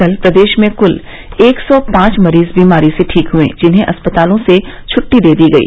कल प्रदेश में कुल एक सौ पांच मरीज बीमारी से ठीक हुए जिन्हें अस्पतालों से छुट्टी दे दी गई